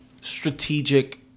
strategic